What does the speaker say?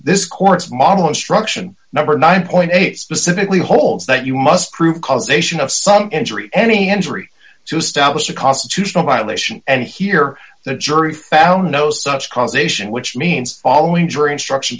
this court's model instruction number nine eight specifically holds that you must prove causation of some injury any injury to establish a constitutional violation and here the jury found no such causation which means following jury instruct